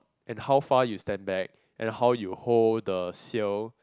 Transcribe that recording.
and how far you stand back and how you hold the seal